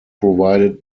provided